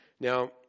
Now